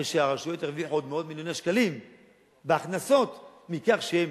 הרי שהרשויות הרוויחו עוד מאות מיליוני שקלים בהכנסות מכך שהן